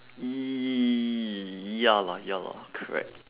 ya lah ya lah correct